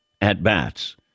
at-bats